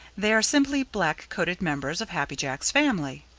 they are simply black-coated members of happy jack's family.